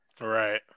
right